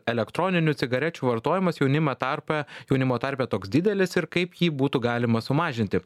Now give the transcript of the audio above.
elektroninių cigarečių vartojimas jaunima tarpe jaunimo tarpe toks didelis ir kaip jį būtų galima sumažinti